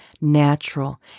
natural